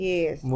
Yes